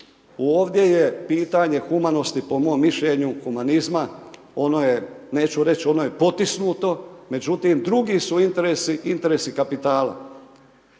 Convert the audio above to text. Ovdje je pitanje humanosti, po mom mišljenju humanizma, neću reći, ono je potisnuto, međutim, drugi su interesi,